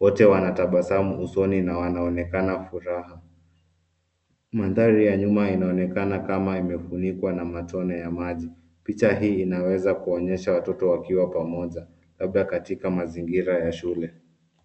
Wote wanatabasamu usoni na wanaonekana furaha. Mandhari ya nyuma inaonekana kama imefunikwa na matone ya maji. Picha hii inaweza kuonyesha watoto wakiwa pamoja labda katika mazingira ya shule.